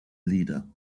leader